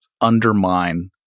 undermine